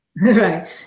Right